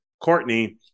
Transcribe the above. Courtney